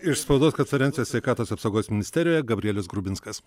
iš spaudos konferencijos sveikatos apsaugos ministerijoj gabrielius grubinskas